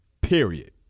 period